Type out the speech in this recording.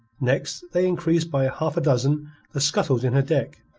next they increased by a half-dozen the scuttles in her deck,